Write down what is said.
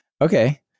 Okay